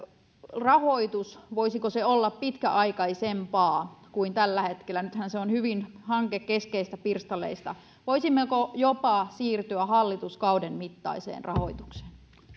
rahoitus voisiko se olla pitkäaikaisempaa kuin tällä hetkellä nythän se on hyvin hankekeskeistä pirstaleista voisimmeko jopa siirtyä hallituskauden mittaiseen rahoitukseen